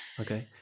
okay